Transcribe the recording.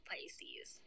Pisces